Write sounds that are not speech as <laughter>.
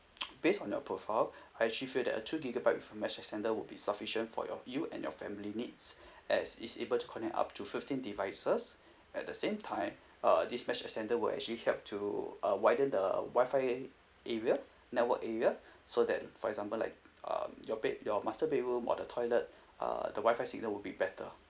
<noise> based on your profile <breath> I actually feel that a two gigabyte with a mesh extender would be sufficient for your you and your family needs <breath> as it's able to connect up to fifteen devices at the same time uh this mesh extender will actually help to uh widen the WI-FI area network area <breath> so that for example like uh your bed your master bedroom or the toilet <breath> uh the WI-FI signal will be better